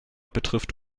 betrifft